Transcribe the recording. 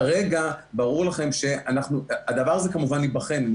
כרגע, ברור לכם שאנחנו הדבר הזה, כמובן, ייבחן.